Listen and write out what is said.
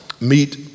meet